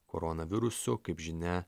koronavirusu kaip žinia